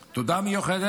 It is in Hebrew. תודה מיוחדת